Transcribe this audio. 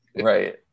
Right